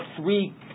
three